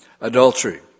Adultery